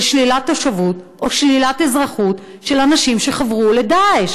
יש מחיר של שלילת תושבות או שלילת אזרחות של אנשים שחברו ל"דאעש".